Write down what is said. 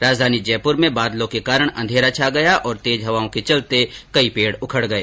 राजधानी जयप्र में बादलों के कारण अंधेरा छा गया और तेज हवाओं के चलते कई पेड़ उखड़ गए